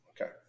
Okay